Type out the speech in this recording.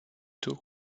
tôt